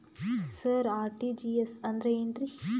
ಸರ RTGS ಅಂದ್ರ ಏನ್ರೀ?